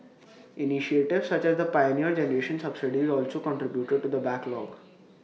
initiatives such as the Pioneer Generation subsidies also contributed to the backlog